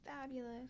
Fabulous